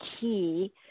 key